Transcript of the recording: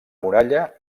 muralla